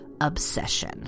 obsession